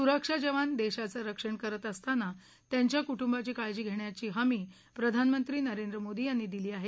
सुरक्षा जवान देशाचं रक्षण करत असताना त्यांच्या कुटुंबाची काळजी घेण्याची हमी प्रधानमंत्री नरेंद्र मोदी यांनी दिली आहे